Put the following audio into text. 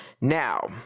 Now